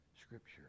scripture